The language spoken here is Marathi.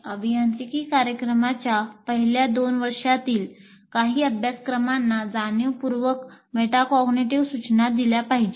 अभियांत्रिकी कार्यक्रमाच्या पहिल्या दोन वर्षातील काही अभ्यासक्रमांना जाणीवपूर्वक मेटाकॉग्निटिव्ह सूचना दिल्या पाहिजेत